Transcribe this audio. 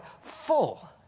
full